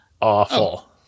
awful